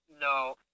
no